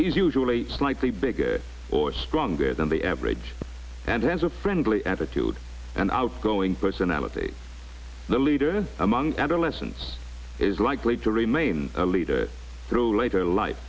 he's usually slightly bigger or stronger than the average and has a friendly attitude an outgoing personality the leader among adolescents is likely to remain a leader through later life